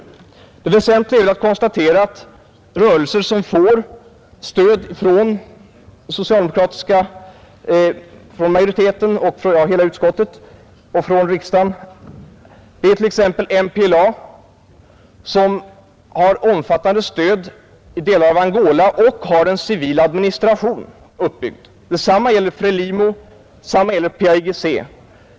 Men det väsentliga är väl att konstatera att rörelser som får stöd från utskottet och från riksdagen är t.ex. MPLA, som har omfattande stöd i delar av Angola och har en civil administration uppbyggd. Detsamma gäller FRELIMO och PAIGC.